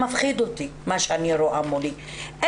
ומה שאני רואה מולי מפחיד אותי.